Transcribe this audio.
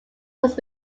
must